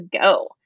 go